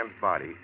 body